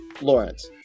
lawrence